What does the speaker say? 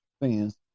fans